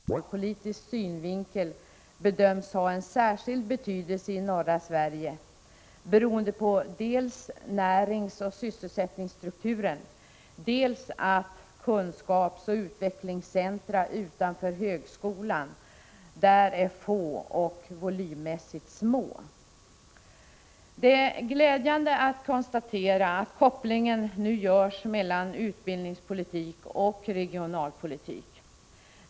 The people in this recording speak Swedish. Fru talman! I budgetpropositionen och även här i kammaren redovisar utbildningsministern hur stark tilltron är till utbildningens och forskningens betydelse för den regionala utvecklingen. Han redogör också för de regionalpolitiskt motiverade insatser som gjorts under det gångna året. Han visar hur insatserna i huvudsak gjorts i norra Sverige och anför som skäl för detta ett påpekande från regionstyrelsen för Umeå högskoleregion. Den sade i sitt remissyttrande över regionalpolitiska utredningen, att ”forskningsoch utbildningsinsatser ur regionalpolitisk synvinkel bedöms ha en särskild betydelse i norra Sverige, beroende på dels näringsoch sysselsättningsstrukturen, dels att kunskapsoch utvecklingscentra utanför högskolan där är få och volymmässigt små”. Det är glädjande att konstatera att kopplingen nu görs mellan utbildningspolitik och regionalpolitik.